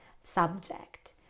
subject